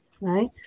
Right